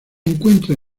encuentra